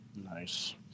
Nice